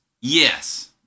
Yes